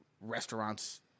restaurants